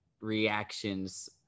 reactions